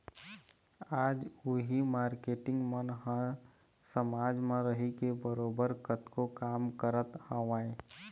आज उही मारकेटिंग मन ह समाज म रहिके बरोबर कतको काम करत हवँय